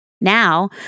Now